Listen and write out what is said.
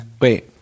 Wait